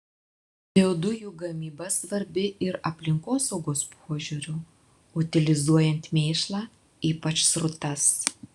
biodujų gamyba svarbi ir aplinkosaugos požiūriu utilizuojant mėšlą ypač srutas